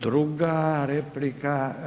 Druga replika.